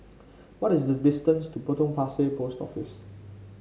what is the distance to Potong Pasir Post Office